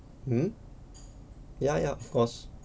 mm ya ya of course